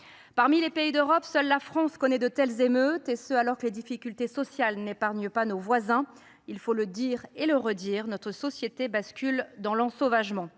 Parmi les pays d’Europe, seule la France connaît de telles émeutes, alors que les difficultés sociales n’épargnent pas nos voisins. Il faut le dire et le redire : notre société bascule dans l’ensauvagement.